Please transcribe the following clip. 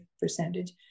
percentage